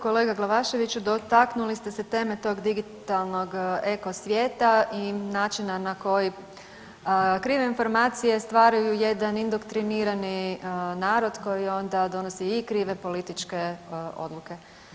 Kolega Glavaševiću, dotaknuli ste se teme tog digitalnog eko svijeta i načina na koji krive informacije stvaraju jedan indoktrinirani narod koji onda donosi i krive političke odluke.